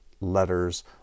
letters